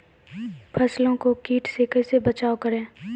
फसलों को कीट से कैसे बचाव करें?